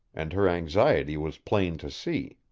and her anxiety was plain to see.